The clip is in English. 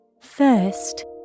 First